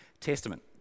Testament